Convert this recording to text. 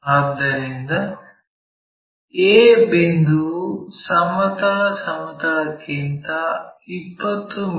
ಆದ್ದರಿಂದ a ಬಿಂದುವು ಸಮತಲ ಸಮತಲಕ್ಕಿಂತ 20 ಮಿ